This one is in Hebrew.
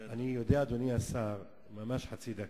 אני יודע, אדוני השר, ממש חצי דקה,